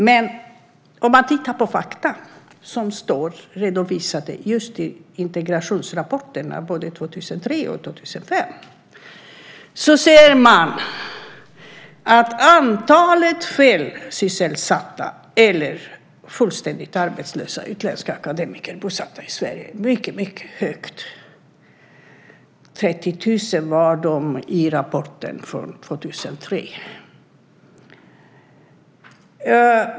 Men om man tittar på fakta som står redovisade just i integrationsrapporterna, både 2003 och 2005, ser man att antalet felsysselsatta eller fullständigt arbetslösa utländska akademiker bosatta i Sverige är mycket högt. 30 000 var de i rapporten från 2003.